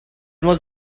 was